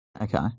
Okay